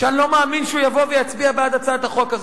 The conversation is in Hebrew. שאני לא מאמין שהוא יבוא ויצביע בעד הצעת החוק הזאת.